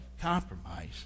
compromise